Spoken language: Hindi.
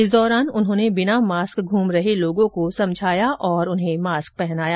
इस दौरान उन्होंने बिना मास्क घूम रहे लोगों को समझाया और मास्क पहनाया